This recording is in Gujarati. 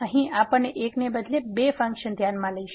અહીં આપણે એકને બદલે બે ફંક્શન ધ્યાનમાં લઈશું